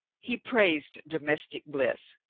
he praised domestic bliss.